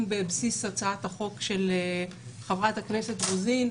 בבסיס הצעת החוק של חברת הכנסת רוזין,